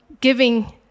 giving